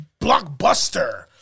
blockbuster